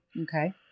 Okay